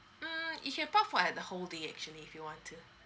mm you can park for at the whole day actually if you want to